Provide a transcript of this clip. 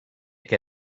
que